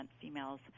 females